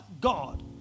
God